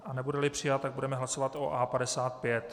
A nebudeli přijat, tak budeme hlasovat o A55.